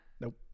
Nope